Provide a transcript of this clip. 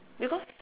because